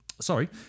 sorry